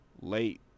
late